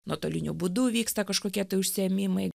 nuotoliniu būdu vyksta kažkokie tai užsiėmimai